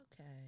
okay